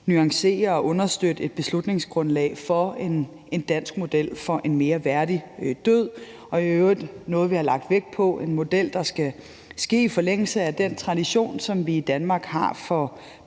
nuancere og understøtte et beslutningsgrundlag for en dansk model for en mere værdig død. Og vi har lagt vægt på, at det er en model, der skal ligge i forlængelse af den tradition, som vi i Danmark har for